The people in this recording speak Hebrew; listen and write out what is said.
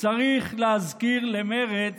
צריך להזכיר למרצ